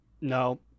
no